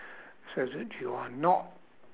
so that you are not